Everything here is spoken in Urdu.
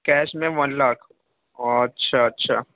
کیش میں ون لاکھ اچھا اچھا